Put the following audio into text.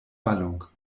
wallung